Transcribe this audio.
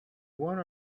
one